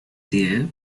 dear